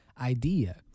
idea